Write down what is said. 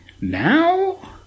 now